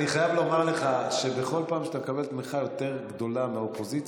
אני חייב לומר לך שבכל פעם שאתה מקבל תמיכה יותר גדולה מהאופוזיציה,